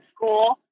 school